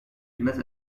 admit